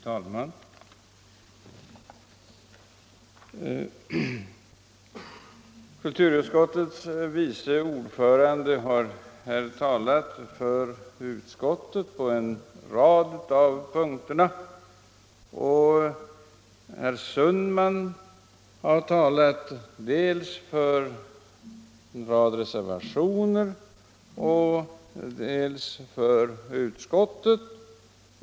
Fru talman! Kulturutskottets vice ordförande har här talat för utskottet på en rad av punkterna och herr Sundman har talat dels för olika reservationer, dels för utskottet.